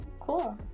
Cool